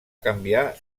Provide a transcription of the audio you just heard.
canviar